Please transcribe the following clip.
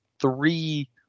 three